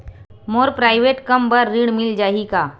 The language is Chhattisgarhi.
मोर प्राइवेट कम बर ऋण मिल जाही का?